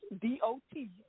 D-O-T